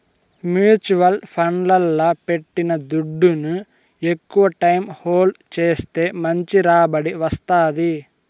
mutual ఫండ్లల్ల పెట్టిన దుడ్డుని ఎక్కవ టైం హోల్డ్ చేస్తే మంచి రాబడి వస్తాది